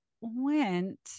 went